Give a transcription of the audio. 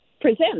present